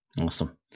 Awesome